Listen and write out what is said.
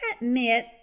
admit